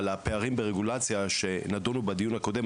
על הפערים ברגולציה שנדונו בדיון הקודם,